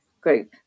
group